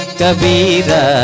kabira